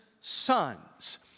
sons